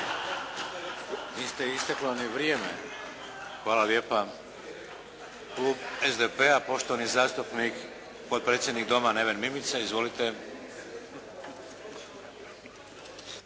To je sve? Hvala lijepa. Klub SDP-a, poštovani zastupnik, potpredsjednik Doma Neven Mimica. Izvolite.